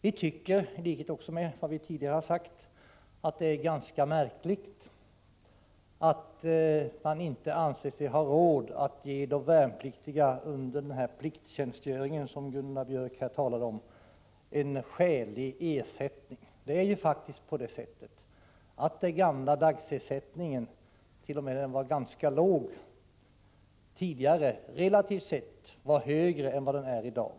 Vi tycker — som vi tidigare sagt — att det är ganska märkligt att man inte anser sig ha råd att ge de värnpliktiga en skälig ersättning under den plikttjänstgöring som Gunnar Björk i Gävle talade om. Det är faktiskt på det sättet att den tidigare dagersättningen, trots att även den var ganska låg, relativt sett var högre än dagens ersättning.